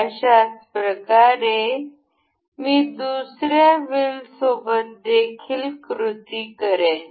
अशाच प्रकारे मी दुसऱ्या व्हील सोबत देखील कृती करेन